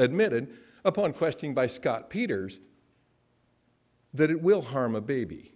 admitted upon question by scott peters that it will harm a baby